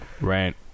Right